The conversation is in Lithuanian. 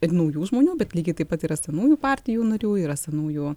ir naujų žmonių bet lygiai taip pat yra senųjų partijų narių yra senųjų